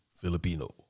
Filipino